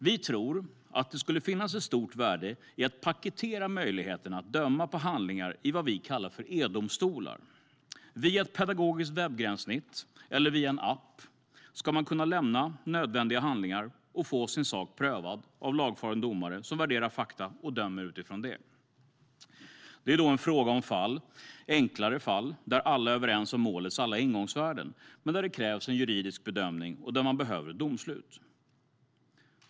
Vi tror att det skulle finnas ett stort värde i att paketera möjligheten att döma på handlingar i vad vi kallar edomstolar. Via ett pedagogiskt webbgränssnitt eller via en app ska man kunna lämna nödvändiga handlingar och få sin sak prövad av en lagfaren domare som värderar fakta och dömer utifrån det. Det är då fråga om enklare fall där alla är överens om målets alla ingångsvärden men där det krävs en juridisk bedömning och där man behöver ett domslut.